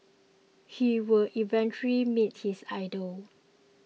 he would eventually meet his idol